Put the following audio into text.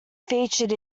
featured